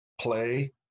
play